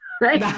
right